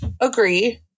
agree